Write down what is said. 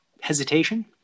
hesitation